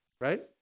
right